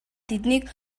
тэднийг